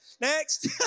Next